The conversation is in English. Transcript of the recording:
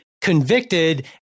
convicted